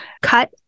cut